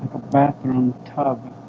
bathroom tub